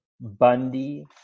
Bundy